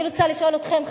אני רוצה לשאול אתכם,